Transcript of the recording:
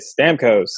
Stamkos